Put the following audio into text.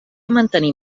mantenir